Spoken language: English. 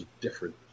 different